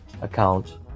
account